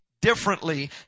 differently